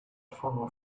far